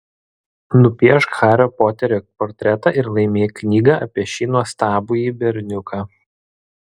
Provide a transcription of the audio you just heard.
nupiešk hario poterio portretą ir laimėk knygą apie šį nuostabųjį berniuką